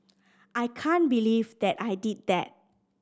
I can't believe that I did that